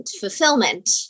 fulfillment